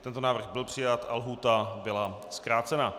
Tento návrh byl přijat a lhůta byla zkrácena.